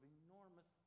enormous